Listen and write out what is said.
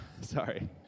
sorry